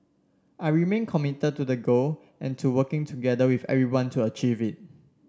I remain committed to the goal and to working together with everyone to achieve it